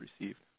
received